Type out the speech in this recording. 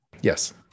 Yes